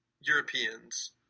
Europeans